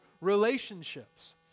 relationships